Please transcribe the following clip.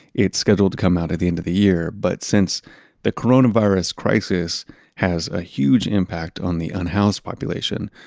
it's scheduled to come out at the end of the year but since the coronavirus crisis has a huge impact on the unhoused population.